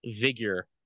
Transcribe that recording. vigor